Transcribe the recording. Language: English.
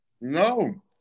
No